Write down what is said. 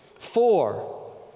Four